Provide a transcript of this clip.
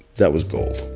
that was gold